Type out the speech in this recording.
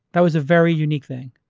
that was a very unique thing.